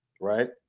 right